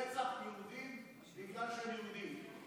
ברצח יהודים בגלל שהם יהודים,